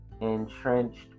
entrenched